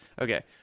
Okay